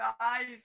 five